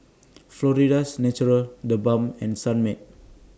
Florida's Natural The Balm and Sunmaid